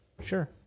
Sure